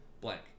blank